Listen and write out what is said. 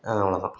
அவ்வளோதான்